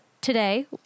today